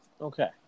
Okay